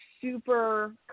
super